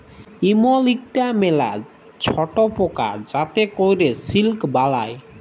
ইমল ইকটা ম্যালা ছট পকা যাতে ক্যরে সিল্ক বালাই